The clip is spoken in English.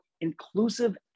inclusive